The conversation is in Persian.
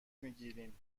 میگیرم